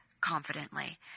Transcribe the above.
confidently